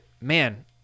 Man